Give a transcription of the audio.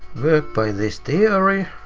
work by this theory.